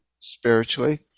spiritually